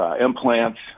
implants